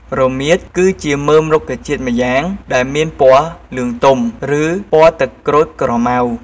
រមៀត គឺជាមើមរុក្ខជាតិម្យ៉ាងដែលមានពណ៌លឿងទុំ ឬពណ៌ទឹកក្រូចក្រម៉ៅ។